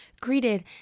greeted